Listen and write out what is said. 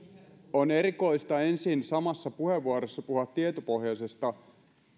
on erikoista ensin samassa puheenvuorossa puhua tietopohjaisesta